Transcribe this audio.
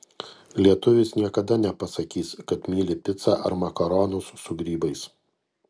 lietuvis niekada nepasakys kad myli picą ar makaronus su grybais